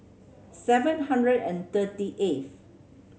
seven hundred and thirty eighth